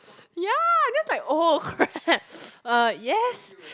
ya then it was like oh crap yes